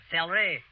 Celery